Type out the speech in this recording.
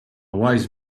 wise